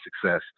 success